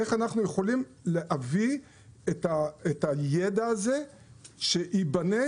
איך אנחנו יכולים להביא את הידע הזה שייבנה